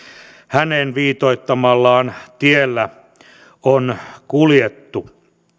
hänen viitoittamallaan tiellä on kuljettu